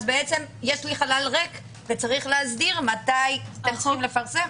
יש לי חלל ריק ויש להסדיר מתי יש לפרסם.